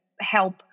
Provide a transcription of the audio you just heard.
help